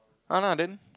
[a-nah] then